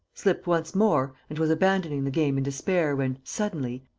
slipped once more and was abandoning the game in despair when, suddenly,